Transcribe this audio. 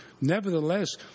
Nevertheless